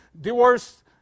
divorce